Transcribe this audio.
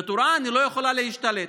בטורעאן, היא לא יכולה להשתלט.